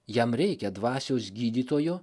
jam reikia dvasios gydytojo